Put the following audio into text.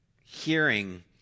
hearing